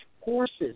horse's